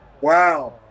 Wow